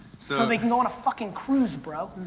so they can go on a fucking cruise bro.